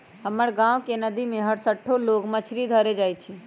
हमर गांव के नद्दी में हरसठ्ठो लोग मछरी धरे जाइ छइ